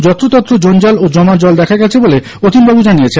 যত্রতত্র জঞ্জাল ও জমা জল দেখা গেছে বলে অতীনবাবু জানিয়েছেন